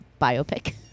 biopic